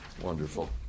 Wonderful